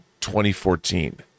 2014